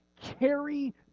carry